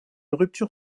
rupture